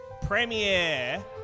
premiere